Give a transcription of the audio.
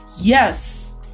Yes